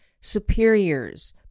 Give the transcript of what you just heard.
superiors